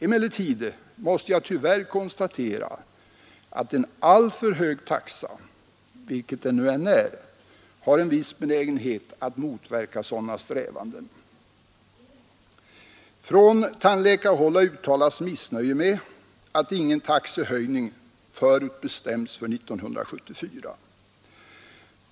Emellertid måste jag tyvärr konstatera att en alltför hög taxa — vilket det nu än är — har viss benägenhet att motverka sådana strävanden. Från tandläkarhåll har uttalats missnöje med att ingen taxehöjning förutbestäms för 1974.